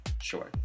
Sure